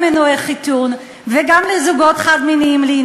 חברי חברי הכנסת, ועל זה נאמר: מה עניין שמיטה